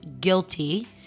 guilty